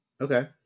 Okay